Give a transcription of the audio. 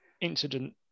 Incident